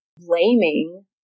blaming